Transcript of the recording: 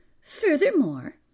Furthermore